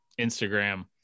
Instagram